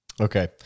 Okay